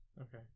Okay